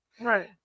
Right